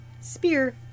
Spear